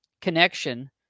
connection